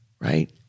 right